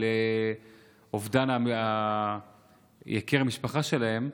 על אובדן יקיר משפחה שלהם,